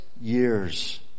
years